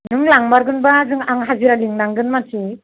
नों लांमारगोनबा आं हाजिरा लिंनांगोन मानसि